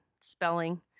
spelling